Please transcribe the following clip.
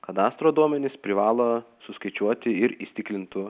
kadastro duomenis privalo suskaičiuoti ir įstiklintų